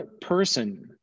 person